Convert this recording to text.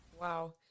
Wow